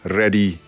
ready